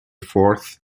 fourth